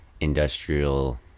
industrial